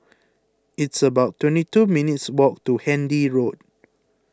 it's about twenty two minutes' walk to Handy Road